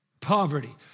poverty